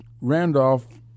Randolph